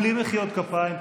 בלי מחיאות כפיים,